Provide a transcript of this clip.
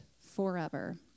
forever